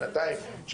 שנתיים,